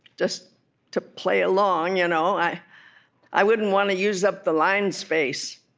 just to play along, you know i i wouldn't want to use up the line space